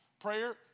Prayer